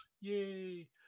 Yay